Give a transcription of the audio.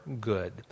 good